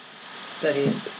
study